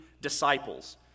disciples